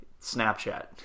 Snapchat